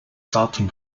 datum